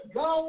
go